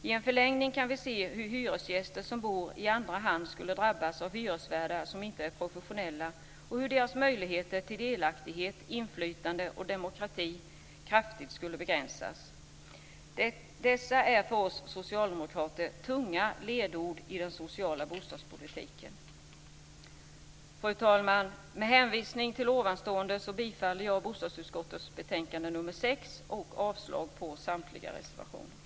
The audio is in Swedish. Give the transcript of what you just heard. I en förlängning kan vi se hur hyresgäster som bor i andra hand skulle drabbas av hyresvärdar som inte är professionella och hur deras möjligheter till delaktighet, inflytande och demokrati kraftigt skulle begränsas. Dessa är för oss socialdemokrater tunga ledord i den sociala bostadspolitiken. Fru talman! Med hänvisning till det anförda yrkar jag bifall till hemställan i bostadsutskottets betänkande nr 6 och avslag på samtliga reservationer.